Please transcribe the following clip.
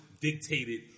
dictated